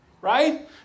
right